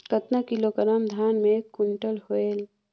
कतना किलोग्राम धान मे एक कुंटल होयल?